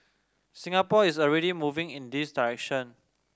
Singapore is already moving in this direction